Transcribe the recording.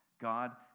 God